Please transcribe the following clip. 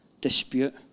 dispute